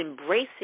embracing